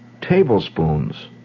tablespoons